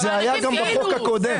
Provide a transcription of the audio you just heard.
זה היה גם בחוק הקודם.